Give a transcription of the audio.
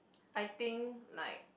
I think like